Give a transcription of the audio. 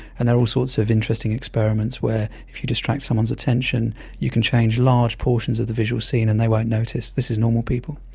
and there are all sorts of interesting experiments where if you distract someone's attention you can change large portions of the visual scene and they won't notice. this is normal people.